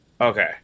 okay